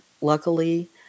luckily